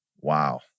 Wow